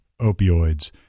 opioids